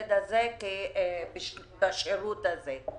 בילד הזה בשירות הזה?